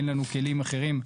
אין לנו כלים אחרים.